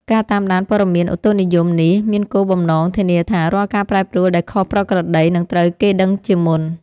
ការតាមដានព័ត៌មានឧតុនិយមនេះមានគោលបំណងធានាថា រាល់ការប្រែប្រួលដែលខុសប្រក្រតីនឹងត្រូវគេដឹងជាមុន។